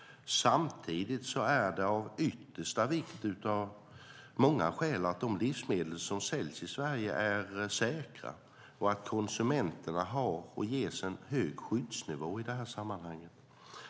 Samtidigt är det av yttersta vikt av många skäl att de livsmedel som säljs i Sverige är säkra och att konsumenterna har och ges en hög skyddsnivå i detta sammanhang.